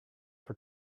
for